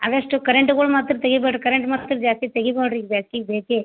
ಆದಷ್ಟು ಕರೆಂಟ್ಗಳ್ ಮಾತ್ರ ತೆಗಿಬೇಡ್ರಿ ಕರೆಂಟ್ ಮತ್ತೆ ಜಾಸ್ತಿ ತೆಗಿಬೇಡ್ರಿ ಬ್ಯಾಸ್ಗಿಗೆ ಬೇಕೇ